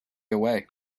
away